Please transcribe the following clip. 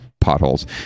potholes